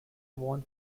won